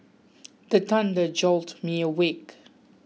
the thunder jolt me awake